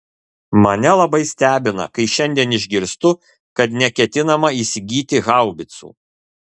mane labai stebina kai šiandien išgirstu kad neketinama įsigyti haubicų